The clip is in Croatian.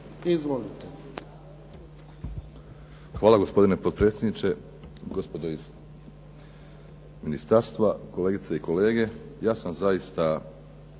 Izvolite.